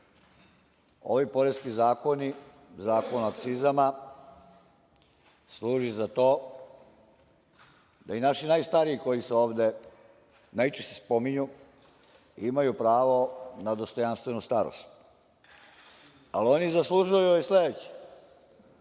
poreski zakoni, Zakon o akcizama služi za to da i naši najstariji koji se ovde najčešće spominju imaju pravo na dostojanstvenu starost. Oni zaslužuju sledeće.